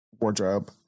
wardrobe